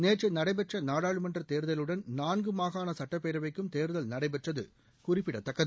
நேற்று நடைபெற்ற நாடாளுமன்ற தேர்தலுடன் நான்கு மாகாண சுட்டப்பேரவைக்கும் தேர்தல் நடைபெற்றது குறிப்பிடத்தக்கது